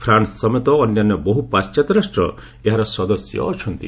France ସମେତ ଅନ୍ୟାନ୍ୟ ବହୁ ପାଣ୍ଟାତ୍ୟ ରାଷ୍ଟ୍ର ଏହାର ସଦସ୍ୟ ଅଛନ୍ତି